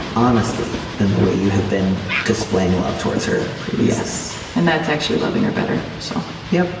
honestly than the way you have been displaying love towards her previous and that's actually loving her better. so yeah.